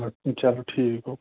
چلو ٹھیٖک گوٚو